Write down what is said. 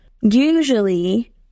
usually